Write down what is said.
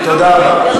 חבר'ה,